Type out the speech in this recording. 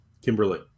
Kimberly